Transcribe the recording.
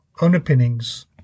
underpinnings